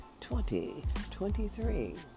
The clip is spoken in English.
2023